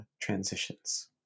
transitions